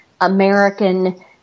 American